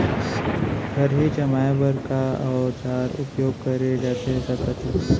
खरही जमाए बर का औजार उपयोग करे जाथे सकत हे?